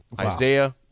Isaiah